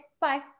Bye